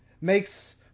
Makes